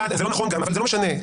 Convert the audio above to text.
זה לא נכון אבל זה לא משנה.